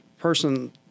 person